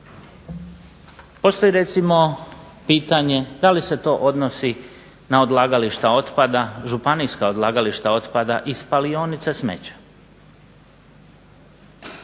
Postoji recimo pitanje da li se to odnosi na odlagališta otpada, županijska odlagališta otpada i spalionice smeća.